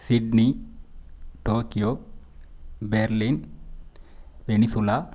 Sydney Tokyo Berlin peninsula